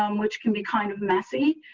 um which can be kind of messy,